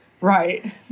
Right